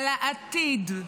על העתיד.